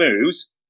moves